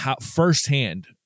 firsthand